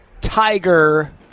Tiger